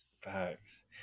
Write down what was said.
Facts